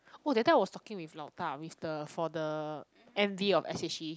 oh that time I was talking with 老大 with the for the m_v of s_h_e